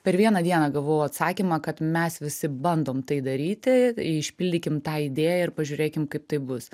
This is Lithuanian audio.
per vieną dieną gavau atsakymą kad mes visi bandom tai daryti išpildykim tą idėją ir pažiūrėkim kaip tai bus